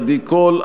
עדי קול,